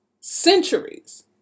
centuries